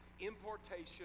importation